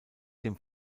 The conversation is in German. dem